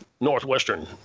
northwestern